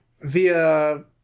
via